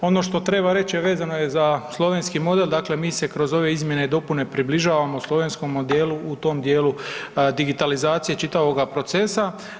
Ono što treba reći, a vezano je za slovenski model, dakle mi se kroz ove izmjene i dopune približavamo slovenskom modelu u tom dijelu digitalizacije čitavoga procesa.